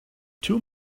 two